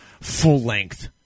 full-length